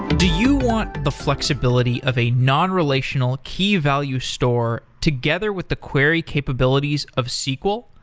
do you want the flexibility of a non-relational, key-value store, together with the query capabilities of sql?